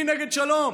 מי נגד שלום?